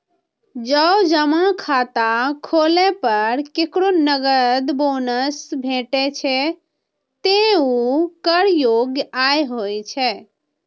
जौं जमा खाता खोलै पर केकरो नकद बोनस भेटै छै, ते ऊ कर योग्य आय होइ छै